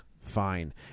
fine